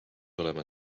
olema